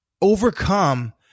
overcome